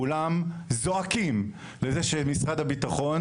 כולם זועקים על זה שמשרד הביטחון,